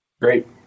Great